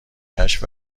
کشف